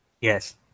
Yes